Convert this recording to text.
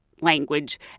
language